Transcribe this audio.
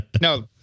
no